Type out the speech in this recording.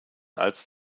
als